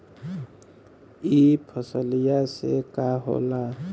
ई फसलिया से का होला?